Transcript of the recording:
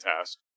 task